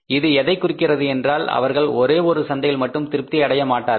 இது எதைக் குறிக்கிறது என்றால் அவர்கள் ஒரே ஒரு சந்தையில் மட்டும் திருப்தி அடையமாட்டார்கள்